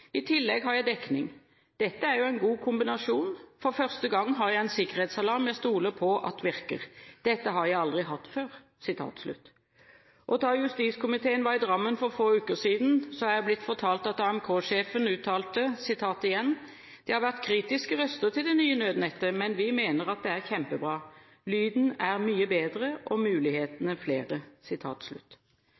I tillegg har jeg dekning. Dette er en god kombinasjon. For første gang har jeg en sikkerhetsalarm jeg stoler på at virker. Dette har jeg aldri hatt før.» Da justiskomiteen var i Drammen for få uker siden, har jeg blitt fortalt at AMK-sjefen uttalte: «Det har vært kritiske røster til det nye nødnettet, men vi mener at det er kjempebra. Lyden er mye bedre og mulighetene er flere.»